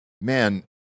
man